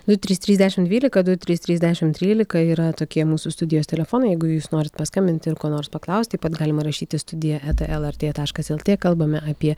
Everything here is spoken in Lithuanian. du trys trys dešimt dvylika du trys trys dešimt trylika yra tokie mūsų studijos telefonai jeigu jūs norit paskambint ir ko nors paklaust taip pat galima rašyti studija eta lrt taškas lt kalbame apie